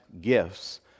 gifts